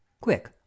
quick